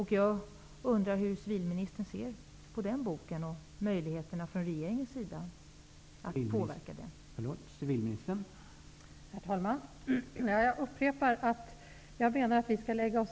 Hur ser civilministern på den boken och regeringens möjligheter att påverka den?